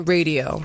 Radio